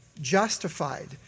justified